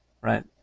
Right